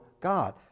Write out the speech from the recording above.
God